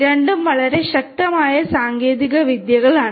രണ്ടും വളരെ ശക്തമായ സാങ്കേതികവിദ്യകളാണ്